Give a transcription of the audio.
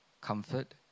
comfort